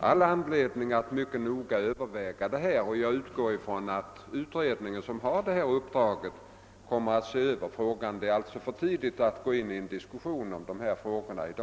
all anledning att mycket noga överväga frågan, och jag utgår från att utredningen, som har detta uppdrag, också gör en översyn. Det är alltså för tidigt att ta upp en diskussion om dessa ting i dag.